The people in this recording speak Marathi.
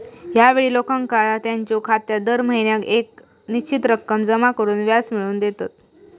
ह्या ठेवी लोकांका त्यांच्यो खात्यात दर महिन्याक येक निश्चित रक्कम जमा करून व्याज मिळवून देतत